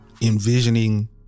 envisioning